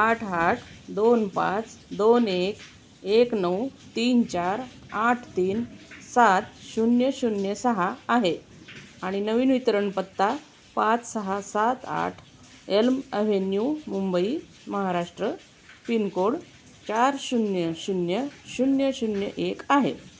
आठ आठ दोन पाच दोन एक एक नऊ तीन चार आठ तीन सात शून्य शून्य सहा आहे आणि नवीन वितरण पत्ता पाच सहा सात आठ Elm Avenue Mumbai Maharashtra pincode चार शून्य शून्य शून्य शून्य एक आहे